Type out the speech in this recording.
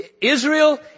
Israel